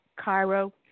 Cairo